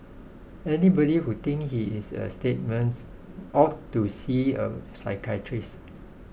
anybody who thinks he is a statesman ought to see a psychiatrist